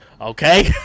okay